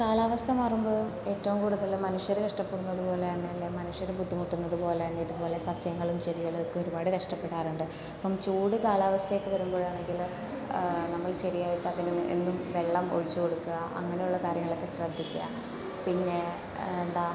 കാലാവസ്ഥ മാറുമ്പോഴും ഏറ്റവും കൂടുതൽ മനുഷ്യർ കഷ്ടപ്പെടുന്നത് പോലെ തന്നെയല്ലെ മനുഷ്യർ ബുദ്ധിമുട്ടുന്നത് പോലെ തന്നെ ഇത്പോലെ സസ്യങ്ങളും ചെടികളും ഒക്കെ ഒരുപാട് കഷ്ടപ്പെടാറുണ്ട് അപ്പം ചൂട് കാലാവസ്ഥയൊക്കെ വരുമ്പോഴാണെങ്കിൽ നമ്മൾ ശരിയായിട്ട് അതിന് എന്നും വെള്ളം ഒഴിച്ച് കൊടുക്കുക അങ്ങനെയുള്ള കാര്യങ്ങളൊക്കെ ശ്രദ്ധിക്കുക പിന്നെ എന്താ